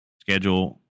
schedule